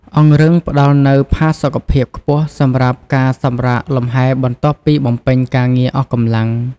អង្រឹងផ្តល់នូវផាសុកភាពខ្ពស់សម្រាប់ការសម្រាកលំហែបន្ទាប់ពីបំពេញការងារអស់កម្លាំង។